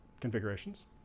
configurations